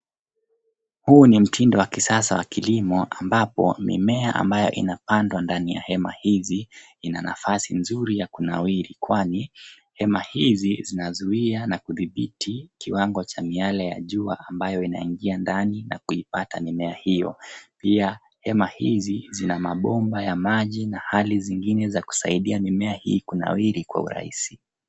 Huu ni mfumo wa kisasa wa kilimo ambapo mimea ambayo inapandwa ndani ya hema hizi ina nafasi nzuri ya kunawiri kwani hema hizi zinazuia na kudhibiti kiwango cha miale ya jua ambayo inaingia ndani na kuipata mimea hio. Pia hema hizi zina mabomba ya maji na hali zingine za kusaidia mimea hii kunawiri kwa urahisi.